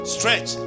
Stretch